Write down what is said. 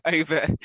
over